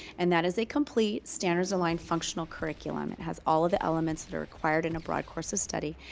and that is a complete, standards-aligned functional curriculum. it has all of the elements that are required in a broad course of study,